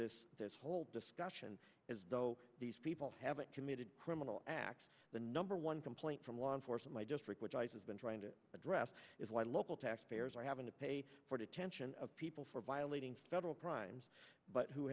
this this whole discussion as though these people have committed criminal acts the number one complaint from law enforcement my district which ice has been trying to address is why local taxpayers are having to pay for detention of people for violating federal crimes but who